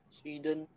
Sweden